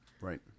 Right